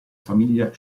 famiglia